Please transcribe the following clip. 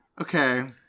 Okay